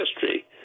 history